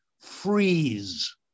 freeze